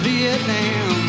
Vietnam